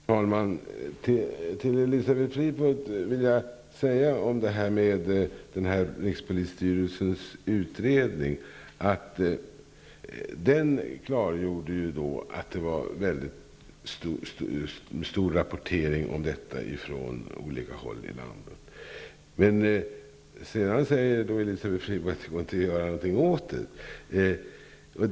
Herr talman! Till Elisabeth Fleetwood vill jag säga att rikspolisstyrelsens utredning klargjort att det var en mycket stor rapportering om detta från olika håll i landet. Men Elisabeth Fleetwood sade att det inte går att göra någonting åt detta.